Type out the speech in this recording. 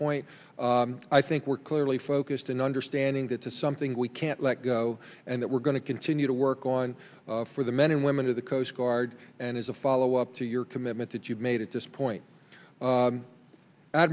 point i think we're clearly focused in understanding that to something we can't let go and that we're going to continue to work on for the men and women of the coast guard and as a follow up to your commitment that you've made at this point